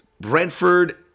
Brentford